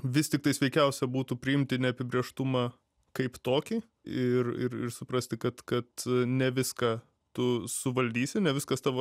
vis tiktai sveikiausia būtų priimti neapibrėžtumą kaip tokį ir ir ir suprasti kad kad ne viską tu suvaldysi ne viskas tavo